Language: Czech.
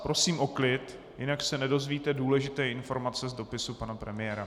Prosím o klid, jinak se nedozvíte důležité informace z dopisu pana premiéra.